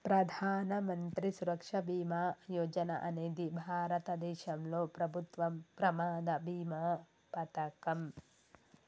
ప్రధాన మంత్రి సురక్ష బీమా యోజన అనేది భారతదేశంలో ప్రభుత్వం ప్రమాద బీమా పథకం